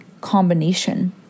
combination